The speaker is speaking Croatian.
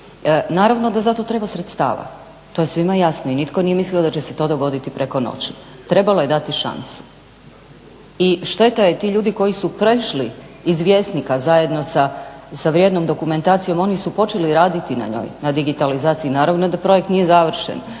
Naravno da za to treba sredstava. To je svima jasno i nitko nije mislio da će se to dogoditi preko noći. Trebalo je dati šansu. I šteta je, ti ljudi koji su prešli iz Vjesnika zajedno sa vrijednom dokumentacijom oni su počeli raditi na njoj, na digitalizaciji. Naravno da projekt nije završen.